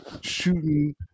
shooting